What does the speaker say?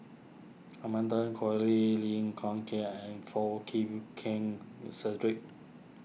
Amanda Koe Lee Lim Kiak and Foo Chee Keng Cedric